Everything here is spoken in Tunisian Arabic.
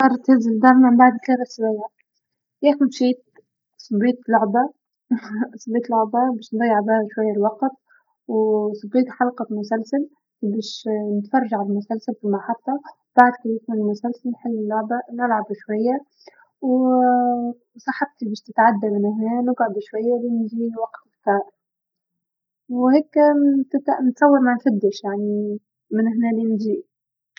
أوف مع الجراية ما في ملل، والله اني لو جلست بين الكتب أجرا باجي حياتي والله ما بمل، راح أجلس أجرا كتاب بيجر، كتاب بيجر كتاب وراح أنتظر، هاي لييين يجي، لو أنه إجى بعد ثلاث سنوات مو ثلاث ساعات بيحصل لي محل جالس أجر، لكن إنه كيف سلي حالي ألف طريجة وطريجة بسلي حالي، الجراية لحالها بتسليني.